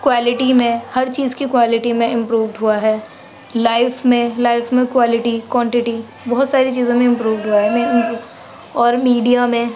quality میں ہر چیز کی کوالٹی میں امپرووڈ ہوا ہے لائف میں لائف میں کوالٹی کوانٹٹی بہت ساری چیزوں میں امپرووڈ ہوا ہے اور میڈیا میں